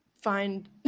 find